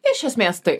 iš esmės taip